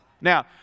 Now